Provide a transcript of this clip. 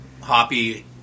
Hoppy